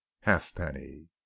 Halfpenny